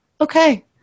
Okay